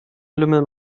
lümmel